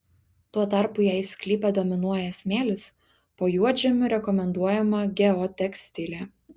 tuo tarpu jei sklype dominuoja smėlis po juodžemiu rekomenduojama geotekstilė